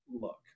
look